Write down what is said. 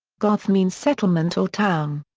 goth means settlement or town.